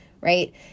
right